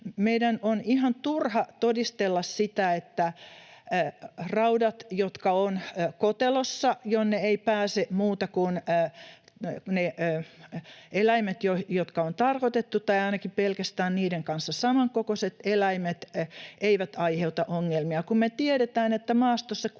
Meidän on ihan turha todistella sitä, että raudat, jotka ovat kotelossa, jonne ei pääse muuta kuin ne eläimet, jotka on tarkoitettu, tai ainakin pelkästään niiden kanssa samankokoiset eläimet, eivät aiheuta ongelmia, kun me tiedetään, että maastossa